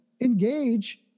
engage